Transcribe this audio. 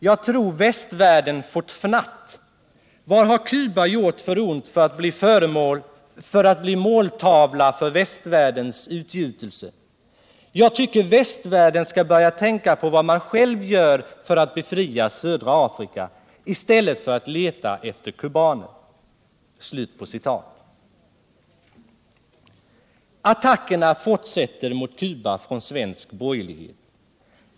Jag tror västvärlden börjar få fnatt ——--. Vad har Kuba gjort för ont för att bli måltavla för västvärldens utgjutelser? ——— jag tycker västvärlden ska börja tänka på vad man själv gör för att befria södra Afrika, i stället för att leta efter kubaner.” Attackerna fortsätter mot Cuba från svensk borgerlighet.